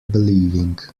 believing